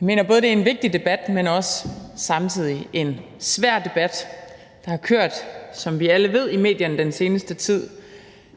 Jeg mener, at det er en vigtig debat, men samtidig en svær debat, der, som vi alle ved, har kørt i medierne i den seneste tid –